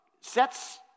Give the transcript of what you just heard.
sets